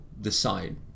decide